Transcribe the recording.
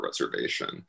reservation